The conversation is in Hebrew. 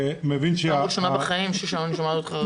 פעם ראשונה בחיים שאני שומעת אותך רגוע.